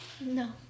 No